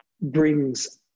brings